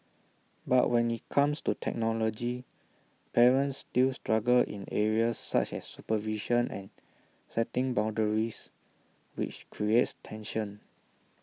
but when IT comes to technology parents still struggle in areas such as supervision and setting boundaries which creates tension